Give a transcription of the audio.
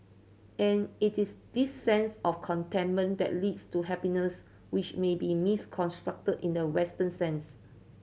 and it is this sense of contentment that leads to happiness which may be misconstrued in the Western sense